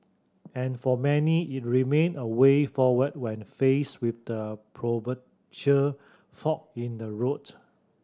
and for many it remain a way forward when faced with the proverbial fork in the road